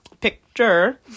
picture